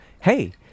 hey